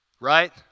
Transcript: Right